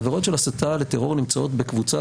עבירות של הסתה לטרור נמצאות בקבוצת